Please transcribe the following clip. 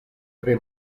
tre